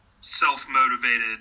self-motivated